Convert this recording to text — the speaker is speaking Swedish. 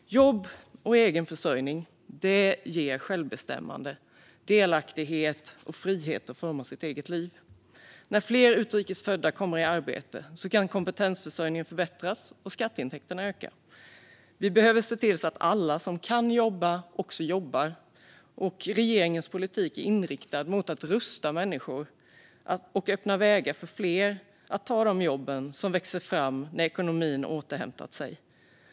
Jobb och egen försörjning ger självbestämmande, delaktighet och frihet att forma sitt eget liv. När fler utrikes födda kommer i arbete kan kompetensförsörjningen förbättras och skatteintäkterna öka. Vi behöver se till att alla som kan jobba också jobbar. Regeringens politik är inriktad mot att rusta människor och öppna vägar för fler att ta de jobb som växer fram när ekonomin återhämtat sig.